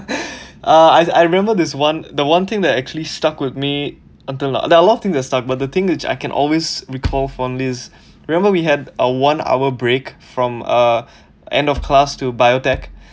uh I I remember this one the one thing that actually stuck with me until now there are a lot of thing that stuck but the thing which I can always recall from this remember we had a one hour break from uh end of class to biotech